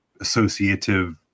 associative